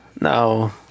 no